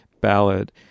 ballad